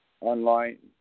online